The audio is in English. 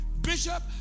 bishop